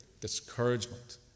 discouragement